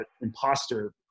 imposter